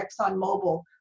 ExxonMobil